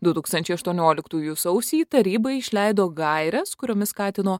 du tūkstančiai aštuonioliktųjų sausį taryba išleido gaires kuriomis skatino